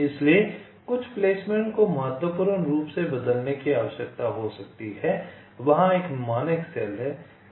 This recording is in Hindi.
इसलिए कुछ प्लेसमेंट को महत्वपूर्ण रूप से बदलने की आवश्यकता हो सकती है वहां एक मानक सेल है